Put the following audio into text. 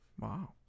Wow